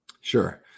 Sure